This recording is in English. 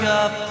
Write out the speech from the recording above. up